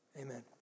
amen